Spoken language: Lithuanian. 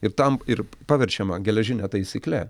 ir tam ir paverčiama geležine taisykle